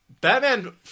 Batman